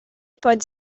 pode